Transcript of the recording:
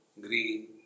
green